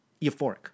euphoric